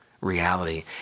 reality